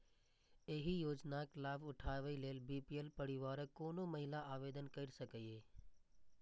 एहि योजनाक लाभ उठाबै लेल बी.पी.एल परिवारक कोनो महिला आवेदन कैर सकैए